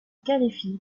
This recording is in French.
qualifie